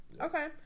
Okay